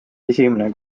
esimene